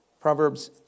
Proverbs